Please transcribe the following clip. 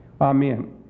Amen